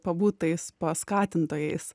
pabūti tais paskatintojais